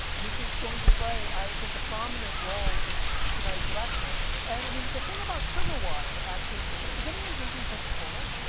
which is going to play, i think, a prominent role in tonight's lecture. and i mean the thing about sugar water actually is anyone drinking coca cola?